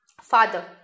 Father